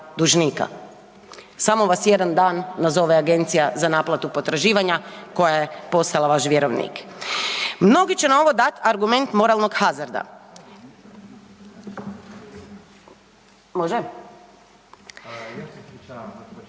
Samo vas jedan dan nazove agencija za naplatu potraživanja koja je postala vaš vjerovnik. Mnogi će na ovo dati argument moralnog hazarda, može?